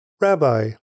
Rabbi